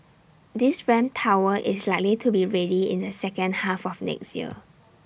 this ramp tower is likely to be ready in the second half of next year